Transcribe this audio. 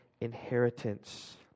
inheritance